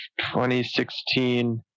2016